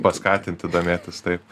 paskatinti domėtis taip